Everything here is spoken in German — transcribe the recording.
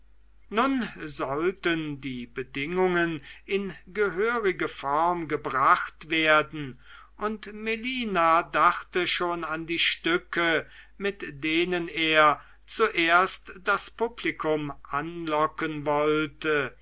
nun sollten die bedingungen in gehörige form gebracht werden und melina dachte schon an die stücke mit denen er zuerst das publikum anlocken wollte